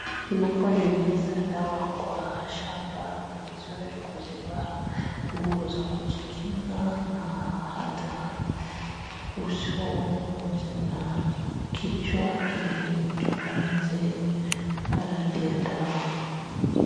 Unaponyunyiza dawa kwa shamba, ni vizuri kuzivaa nguo za kujikinga na madawa uso pamoja na kichwa ili tuangamize marathi ya dawa.